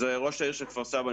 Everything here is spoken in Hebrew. אני ראש העיר כפר סבא.